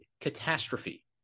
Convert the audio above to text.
catastrophe